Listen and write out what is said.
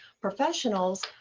professionals